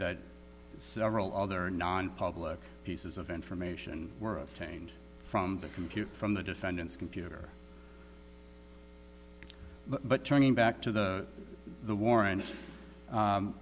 that several other nonpublic pieces of information were changed from the computer from the defendant's computer but turning back to the the warran